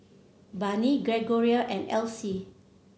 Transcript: Barney Gregoria and Alcee